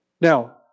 Now